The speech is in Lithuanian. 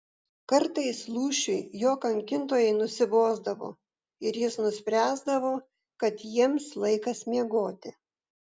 kartais lūšiui jo kankintojai nusibosdavo ir jis nuspręsdavo kad jiems laikas miegoti